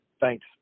thanks